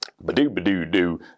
Ba-do-ba-do-do